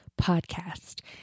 podcast